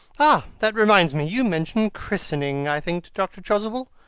ah! that reminds me, you mentioned christenings i think, dr. chasuble?